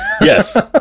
Yes